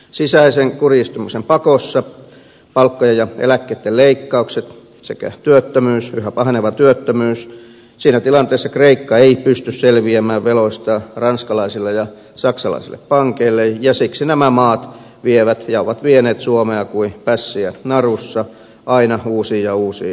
sisäisen kurjistumisen pakossa palkkojen ja eläkkeitten leikkaukset sekä yhä paheneva työttömyys siinä tilanteessa kreikka ei pysty selviämään veloistaan ranskalaisille ja saksalaisille pankeille ja siksi nämä maat vievät ja ovat vieneet suomea kuin pässiä narussa aina uusiin ja uusiin järjestelyihin